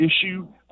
issue